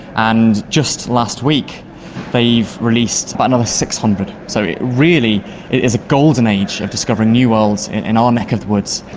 and just last week they've released about another six hundred. so it really is a golden age of discovering new worlds in our neck of the woods.